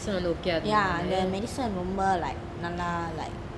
ya the medicine ரொம்ப:romba like நல்ல:nalla like